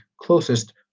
closest